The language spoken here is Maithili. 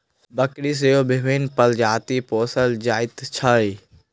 बकरी सेहो विभिन्न प्रजातिक पोसल जाइत छै